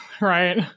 Right